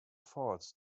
falls